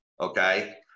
okay